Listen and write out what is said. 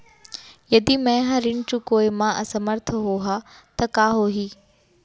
यदि मैं ह ऋण चुकोय म असमर्थ होहा त का होही?